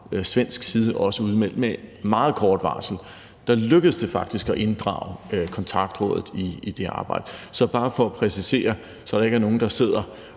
fra svensk side også blev udmeldt med meget kort varsel, var, at det faktisk lykkedes at inddrage Kontaktrådet i det arbejde. Så det er bare for at præcisere, så der ikke er nogen, der sidder